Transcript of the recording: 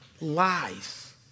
lies